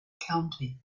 county